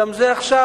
וגם זה עכשיו,